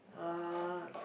uh